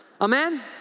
Amen